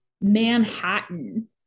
Manhattan